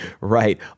right